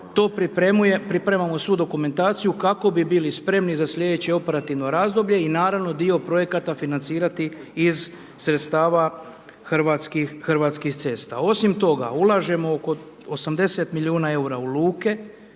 ali to pripremamo svu dokumentaciju kako bi bili spremni za slijedeće operativno razdoblje i naravno, dio projekata financirati iz sredstava Hrvatskih cesta. Osim toga, ulažemo oko 80 milijuna EUR-a u luke,